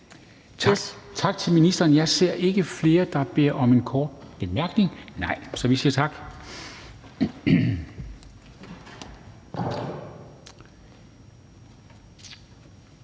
Dam Kristensen): Jeg ser ikke flere, der beder om en kort bemærkning, så vi siger tak